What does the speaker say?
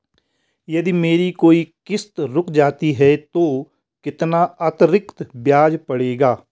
यदि मेरी कोई किश्त रुक जाती है तो कितना अतरिक्त ब्याज पड़ेगा?